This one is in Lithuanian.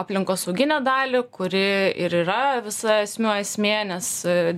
aplinkosauginę dalį kuri ir yra visa esmių esmė nes